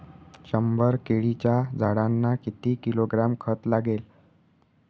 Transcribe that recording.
शंभर केळीच्या झाडांना किती किलोग्रॅम खत लागेल?